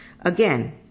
Again